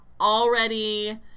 already